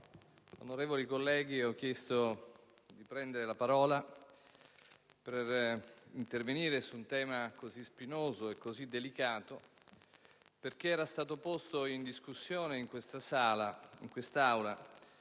onorevoli colleghi, ho chiesto di prendere la parola per intervenire su un tema così spinoso e così delicato perché era stato posto in discussione in quest'Aula il problema